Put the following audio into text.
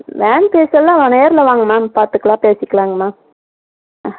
van fees எல்லாம் வா நேரில் வாங்க மேம் பார்த்துக்கலாம் பேசிக்கலாம்ங்கம்மா ஆ